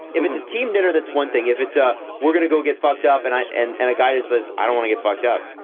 if it's a team dinner? that's one thing. if it's a we're gonna go get fucked up and and and a guy just says i don't want to get fucked up.